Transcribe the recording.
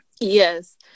Yes